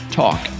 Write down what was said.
talk